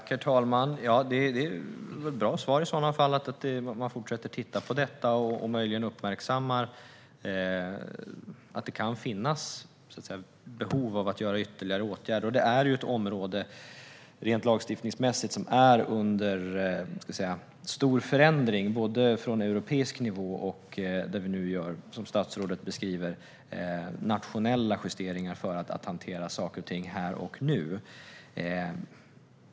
Herr talman! Det är i så fall ett bra svar: att man fortsätter att titta på detta och möjligen uppmärksammar att det kan finnas behov av ytterligare åtgärder. Detta är ju rent lagstiftningsmässigt ett område som är under stor förändring, både på europeisk nivå och när det gäller de nationella justeringar som statsrådet beskriver för att hantera saker och ting här och nu.